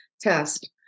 test